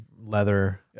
leather